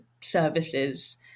services